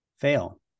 fail